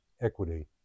equity